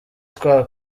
twa